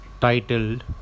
titled